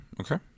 Okay